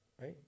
Right